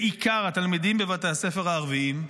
בעיקר התלמידים בבתי הספר הערביים,